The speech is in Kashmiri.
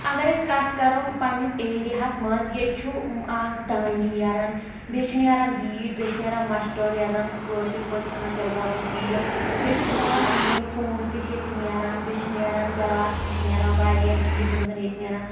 اگر أسۍ کتھ کرو پنٕنِس ایرِیاہس منٛز ییٚتہِ چھُ اکھ دانہِ نٮ۪ران بیٚیہِ چھُ نٮ۪ران ویٖٹ بیٚیہِ چھُ نٮ۪ران مسٹٲڑ یتھ زن کٲشِر پٲٹھۍ ونان تِلہٕ گۄگُل تیٖل بیٚیہِ چھُ سون یِم ژوٗنٹھۍ تہِ چھِ ییٚتہِ نٮ۪ران بیٚیہِ چھُ نٮ۪ران گلاس تہِ چھِ نٮ۪ران واریاہ چِیز یِم زن ییٚتہِ نٮ۪ران